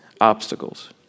obstacles